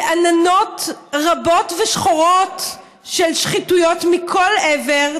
בעננות רבות ושחורות של שחיתויות מכל עבר,